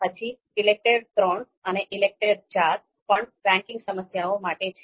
પછી ઈલેકટેર III અને ઈલેકટેર IV પણ રેન્કિંગ સમસ્યાઓ માટે છે